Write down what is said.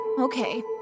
Okay